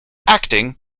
acting